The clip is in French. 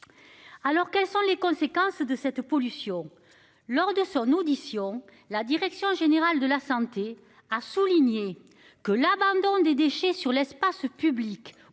Alors quelles sont les conséquences de cette pollution. Lors de son audition. La direction générale de la Santé a souligné que l'abandon des déchets sur l'espace public